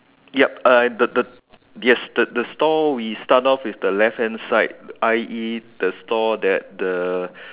yup and the the yes the the stall we start off we the left hand side I_E the stall that the